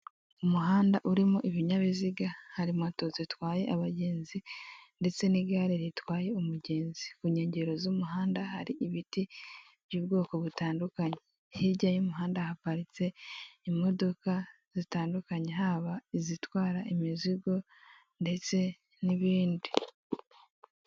Umuhanda urimo ibinyabiziga hari moto zitwaye abagenzi ndetse n'igare ritwaya umugenzi, ku nkengero z'umuhanda hari ibiti by'ubwoko butandukanye, hirya y'umuhanda haparitse imodoka zitandukanye, haba izitwara imizigo ndetse n'ibindi.